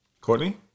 Courtney